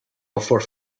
before